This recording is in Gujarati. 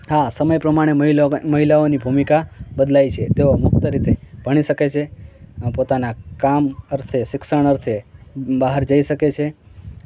હા સમય પ્રમાણે મહિલા મહિલાઓની ભૂમિકા બદલાઈ છે તેઓ મુક્ત રીતે ભણી શકે છે પોતાના કામ અર્થે શિક્ષણ અર્થે બહાર જઈ શકે છે